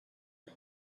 and